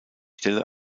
stelle